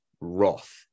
wrath